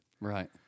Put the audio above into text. Right